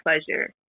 pleasure